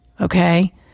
Okay